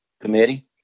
committee